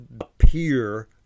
appear